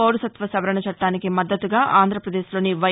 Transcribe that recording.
పౌరసత్వ సవరణ చట్టానికి మద్దతుగా ఆంధ్రప్రదేశ్లోని వై